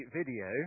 video